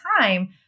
time